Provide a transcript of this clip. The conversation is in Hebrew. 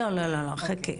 לא, לא, לא, חכי.